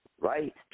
Right